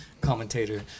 commentator